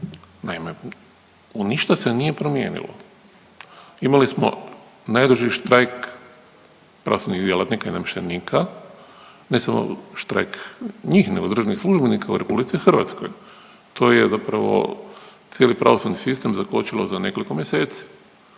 Naime, ništa se nije promijenilo. Imali smo najduži štrajk pravosudnih djelatnika i namještenika, ne samo štrajk njih nego i državnih službenika u RH. To je zapravo cijeli pravosudni sistem zakočilo za nekoliko mjeseci.